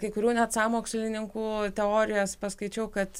kai kurių net sąmokslininkų teorijas paskaičiau kad